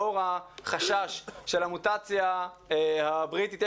לאור החשש של המוטציה הבריטית.